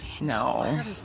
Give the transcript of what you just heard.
No